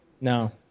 No